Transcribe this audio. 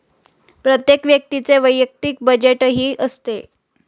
प्रत्येक व्यक्तीचे वैयक्तिक बजेटही असते